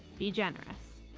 be generous.